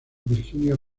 virginia